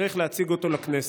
צריך להציג אותו לכנסת.